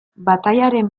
batailaren